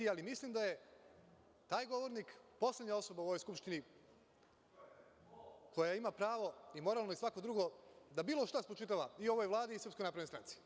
Mislim da je taj govornik poslednja osoba u Skupštini koja ima pravo, moralno i svako drugo, da bilo šta spočitava ovoj Vladi i SNS.